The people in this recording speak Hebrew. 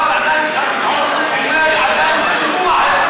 אבל עדיין שר הביטחון אומר שזה היה פיגוע,